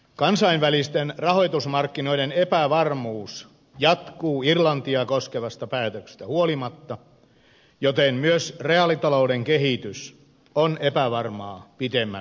kansainvälisten rahoitusmarkkinoiden epävarmuus jatkuu irlantia koskevasta päätöksestä huolimatta joten myös reaalitalouden kehitys on epävarmaa pitemmällä tähtäyksellä